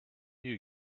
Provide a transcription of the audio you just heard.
you